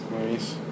Nice